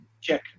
check